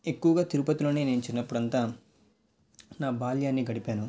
ఎక్కువగా తిరుపతిలోనే నేను చిన్నపుడు అంతా నా బాల్యాన్ని గడిపాను